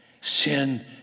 Sin